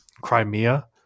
Crimea